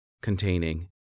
containing